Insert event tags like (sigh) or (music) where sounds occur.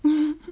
(noise)